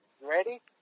Ready